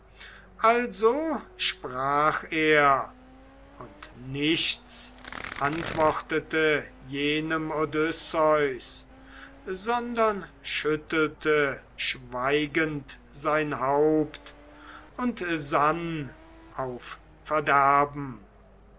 also sprach er und nichts antwortete jenem odysseus sondern schüttelte schweigend sein haupt und sann auf verderben